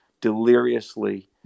deliriously